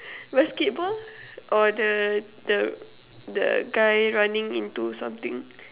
basketball or the the the guy running into something